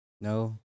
No